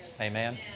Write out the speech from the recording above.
Amen